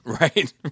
right